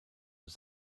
was